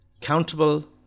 countable